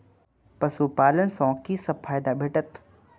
पशु पालन सँ कि सब फायदा भेटत?